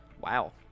Wow